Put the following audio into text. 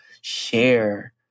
share